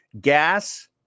gas